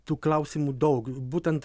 tų klausimų daug būtent